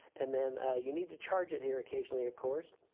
and then you need to charge it here occasionally, of course.